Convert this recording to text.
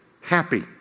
happy